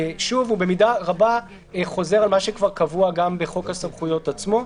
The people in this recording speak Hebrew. במידה רבה הוא חוזר על מה שכבר קבוע גם בחוק הסמכויות עצמו.